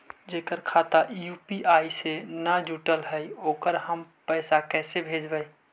जेकर खाता यु.पी.आई से न जुटल हइ ओकरा हम पैसा कैसे भेजबइ?